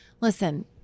listen